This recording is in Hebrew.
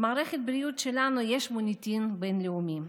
למערכת הבריאות שלנו יש מוניטין בין-לאומי.